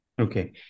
Okay